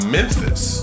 Memphis